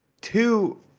two